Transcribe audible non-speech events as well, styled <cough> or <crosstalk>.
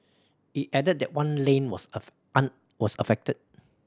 it added that one lane was <unintelligible> an was affected